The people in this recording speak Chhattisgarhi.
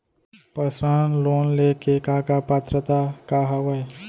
पर्सनल लोन ले के का का पात्रता का हवय?